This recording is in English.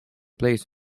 place